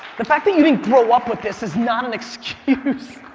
the fact that you didn't grow up with this is not an excuse.